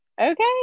Okay